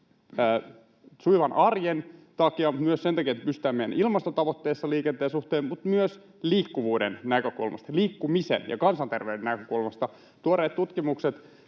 sujuvan arjen takia, myös sen takia, että pysytään meidän ilmastotavoitteessa liikenteen suhteen, mutta myös liikkuvuuden näkökulmasta, liikkumisen ja kansanterveyden näkökulmasta. Tuoreet tutkimukset